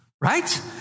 right